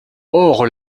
ores